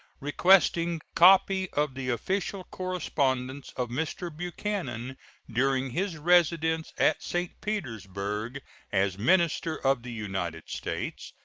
requesting copy of the official correspondence of mr. buchanan during his residence at st. petersburg as minister of the united states,